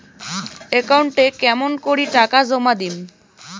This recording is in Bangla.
একাউন্টে কেমন করি টাকা জমা দিম?